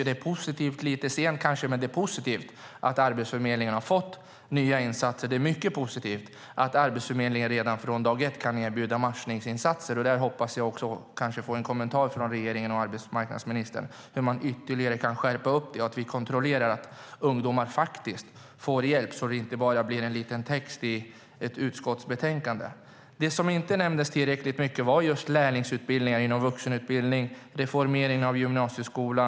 Det är kanske lite sent, men det är positivt att Arbetsförmedlingen har fått nya insatser, och det är mycket positivt att Arbetsförmedlingen redan från dag ett kan erbjuda matchningsinsatser. Jag hoppas på att få en kommentar från regeringen och arbetsmarknadsministern om hur man ytterligare kan skärpa detta och kontrollera att ungdomar faktiskt får hjälp, så att det inte bara blir en liten text i ett utskottsbetänkande. Det som inte nämndes tillräckligt mycket var lärlingsutbildningar inom vuxenutbildningen och reformeringen av gymnasieskolan.